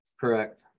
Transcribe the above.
Correct